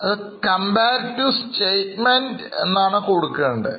അത് Comparative Statement എന്നാണ് കൊടുക്കേണ്ടത്